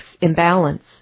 imbalance